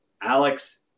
Alex